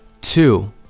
two